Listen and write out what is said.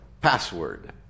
password